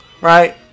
right